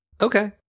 okay